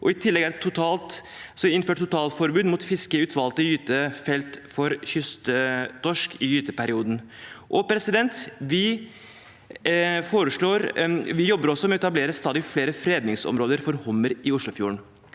i tillegg har vi innført totalforbud mot fiske i utvalgte gytefelter for kysttorsk i gyteperioden. – Vi jobber også med å etablere stadig flere fredningsområder for hummer i Oslofjorden.